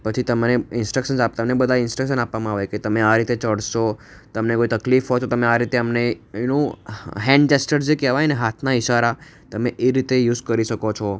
પછી તમને ઇન્સ્ટ્ર્ક્શન્સ આપ તમને બધા ઇન્સટ્રક્સન આપવામાં આવે કે તમે આ રીતે ચડશો તમને કોઈ તકલીફ હોય તો તમને આ રીતે અમને એનું હેન્ડ જેસ્ટર જે કહેવાય ને હાથના ઇશારા તમે એ રીત યુઝ કરી શકો છો